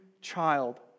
child